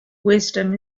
wisdom